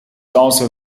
also